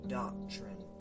doctrine